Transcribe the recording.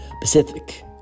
Pacific